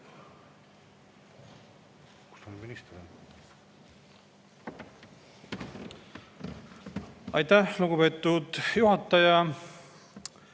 Aitäh, lugupeetud juhataja!